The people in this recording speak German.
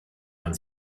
man